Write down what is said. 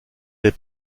des